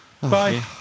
Bye